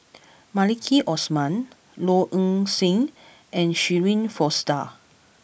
Maliki Osman Low Ing Sing and Shirin Fozdar